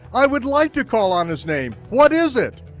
i would like to call on his name, what is it?